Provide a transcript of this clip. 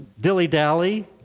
dilly-dally